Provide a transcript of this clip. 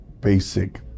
basic